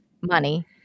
money